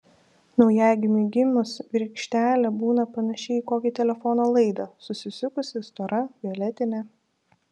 naujagimiui gimus virkštelė būna panaši į tokį telefono laidą susisukusi stora violetinė